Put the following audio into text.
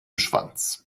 schwanz